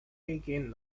taking